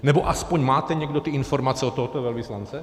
Nebo aspoň máte někdo ty informace od tohoto velvyslance?